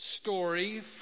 story